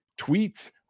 tweets